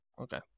okay